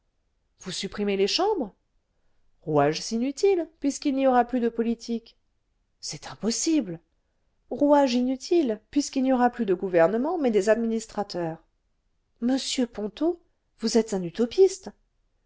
vous supprimez les chambres rouages inutiles puisqu'il n'y aura plus de politique c'est impossible rouage inutile puisqu'il n'y aura plus de gouvernement mais des administrateurs monsieur ponto vous êtes un utopiste